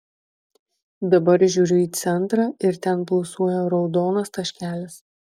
dabar žiūriu į centrą ir ten pulsuoja raudonas taškelis